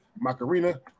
Macarena